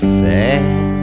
sad